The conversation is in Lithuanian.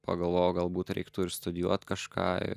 pagalvojau galbūt reiktų ir studijuot kažką